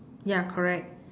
ya correct